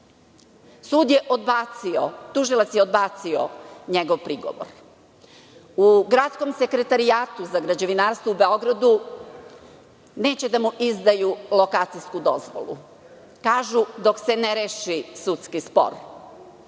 bivših vlasnika. Tužilac je odbacio njegov prigovor. U Gradskom sekretarijatu za građevinarstvo u Beogradu neće da mu izdaju lokacijsku dozvolu. Kažu – dok se ne reši sudski spor.U